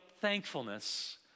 thankfulness